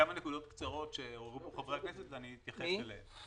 שעוררו פה חברי הכנסת ואתייחס אליהן.